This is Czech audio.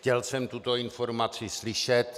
Chtěl jsem tuto informaci slyšet.